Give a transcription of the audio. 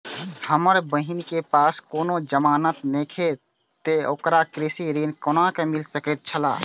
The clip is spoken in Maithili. हमर बहिन के पास कोनो जमानत नेखे ते ओकरा कृषि ऋण कोना मिल सकेत छला?